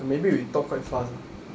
maybe we talk quite fast ah